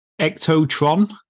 Ectotron